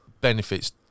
benefits